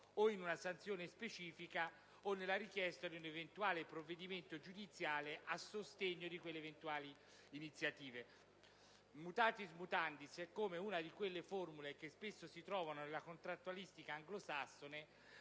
in una sanzione specifica o nella richiesta di un eventuale provvedimento giudiziario a sostegno di quelle eventuali iniziative. *Mutatis mutandis*, è come una di quelle formule che spesso si trovano nella contrattualistica anglosassone